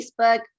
Facebook